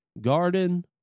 Garden